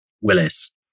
Willis